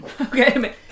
Okay